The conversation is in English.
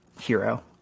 hero